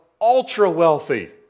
ultra-wealthy